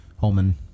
Holman